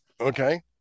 Okay